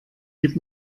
gib